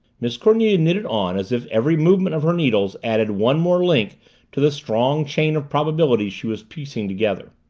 miss cornelia knitted on as if every movement of her needles added one more link to the strong chain of probabilities she was piecing together.